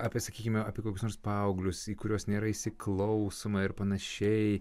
apie sakykime apie kokius nors paauglius į kuriuos nėra įsiklausoma ir panašiai